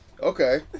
Okay